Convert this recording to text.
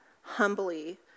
humbly